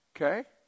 Okay